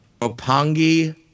Opangi